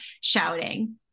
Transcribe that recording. shouting